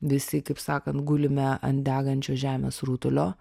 visi kaip sakant gulime ant degančio žemės rutulio